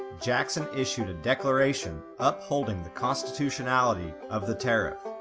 jackson issued a declaration upholding the constitutionality of the tariff.